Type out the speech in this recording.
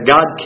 God